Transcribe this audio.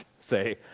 say